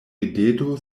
rideto